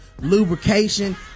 lubrication